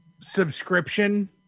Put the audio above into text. subscription